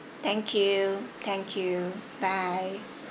thank you thank you bye